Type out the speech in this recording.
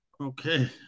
okay